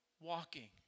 walking